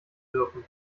dürfen